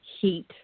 heat